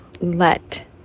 let